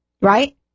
right